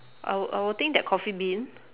I will I will think that coffee bean